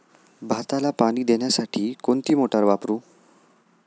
भाताला पाणी देण्यासाठी कोणती मोटार वापरू?